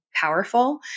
powerful